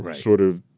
um sort of,